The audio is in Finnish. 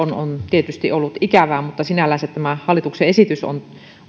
tietysti ollut ikävää mutta sinällänsä tämä hallituksen esitys on